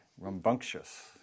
rambunctious